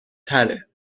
تره